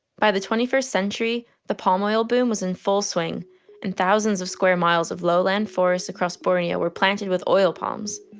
by the twenty first century the palm oil boom was in full swing and thousands of square miles of lowland forests across borneo were planted with oil palms.